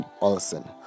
Olson